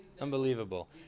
Unbelievable